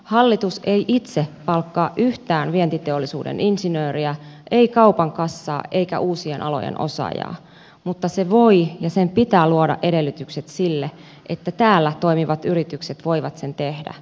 hallitus ei itse palkkaa yhtään vientiteollisuuden insinööriä ei kaupan kassaa eikä uu sien alojen osaajaa mutta se voi ja sen pitää luoda edellytykset sille että täällä toimivat yritykset voivat sen tehdä